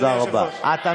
תודה רבה, אדוני היושב-ראש.